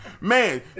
Man